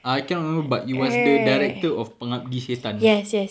I cannot remember but it was the director of pengabdi setan